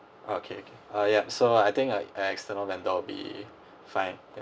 uh okay okay uh yup so I think uh an external vendor will be fine yeah